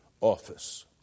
office